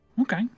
okay